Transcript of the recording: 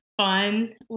fun